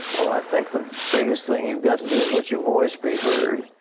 i think the biggest thing you've got to do is let your voice be heard.